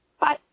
Bye